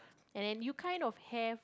and then you kind of have